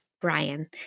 Brian